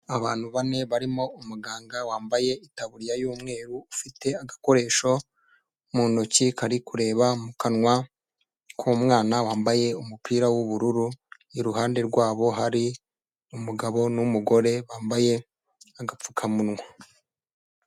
Abantu bane barimo umuganga wambaye itaburiya y'umweru, ufite agakoresho mu ntoki kari kureba mu kanwa k'umwana wambaye umupira w'ubururu, iruhande rwabo, hari umugabo n'umugore bambaye agapfukamunwa.